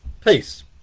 peace